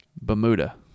Bermuda